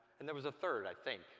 and there was a third, i think.